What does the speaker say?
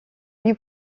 lui